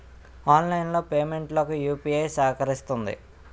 online payment లకు UPI సహకరిస్తుంది